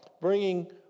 bringing